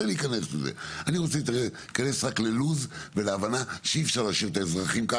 אני רוצה להיכנס רק ללו"ז ולהבנה שאי אפשר להשאיר ככה את האזרחים,